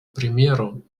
примеру